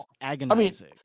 agonizing